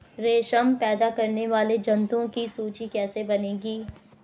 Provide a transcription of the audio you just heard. रेशम पैदा करने वाले जंतुओं की सूची कैसे बनेगी?